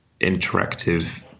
interactive